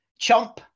Chomp